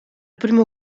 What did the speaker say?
primo